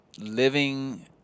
living